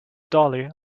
dolly